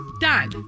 Done